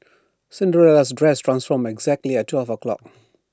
Cinderella's dress transformed exactly at twelve o' clock